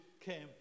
came